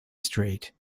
straight